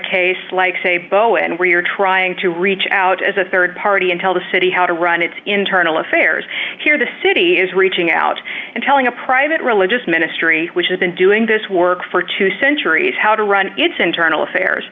case like say bo and we're trying to reach out as a rd party and tell the city how to run its internal affairs here the city is reaching out and telling a private religious ministry which has been doing this work for two centuries how to run its internal affairs